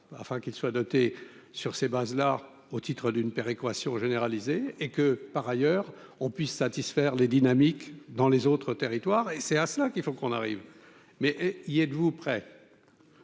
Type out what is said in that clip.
afin qu'il soit doté sur ces bases là au titre d'une péréquation généralisée et que par ailleurs on puisse satisfaire les dynamiques dans les autres territoires et c'est à cela qu'il faut qu'on arrive, mais y êtes-vous prêt,